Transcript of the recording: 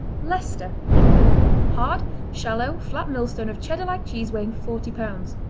leicester england hard shallow flat millstone of cheddar-like cheese weighing forty pounds.